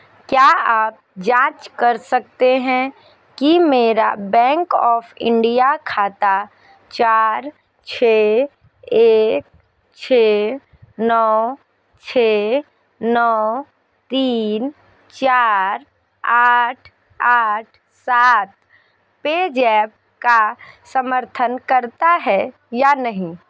क्या आप जाँच कर सकते हैं कि मेरा बैंक ऑफ इंडिया खाता चार छः एक छः नौ छः नौ तीन चार आठ आठ सात पेजैप का समर्थन करता है या नही